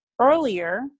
earlier